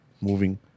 moving